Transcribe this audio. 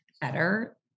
better